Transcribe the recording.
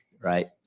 right